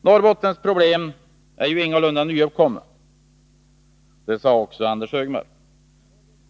Som också Anders Högmark sade är Norrbottens problem ingalunda nyuppkomna.